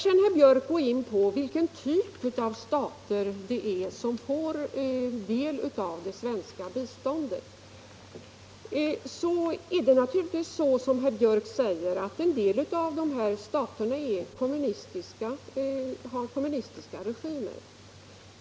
Herr Björck går sedan in på vilken typ av stater det är som får del av det svenska biståndet, och det är naturligtvis så, som herr Björck säger, att en del av dessa stater har kommunistiska regimer.